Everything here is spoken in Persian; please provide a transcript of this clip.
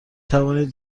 توانید